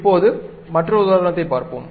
இப்போது மற்றொரு உதாரணத்தைப் பார்ப்போம்